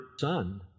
Son